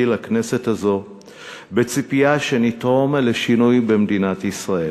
לכנסת הזאת בציפייה שנתרום לשינוי במדינת ישראל,